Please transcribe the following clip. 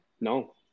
no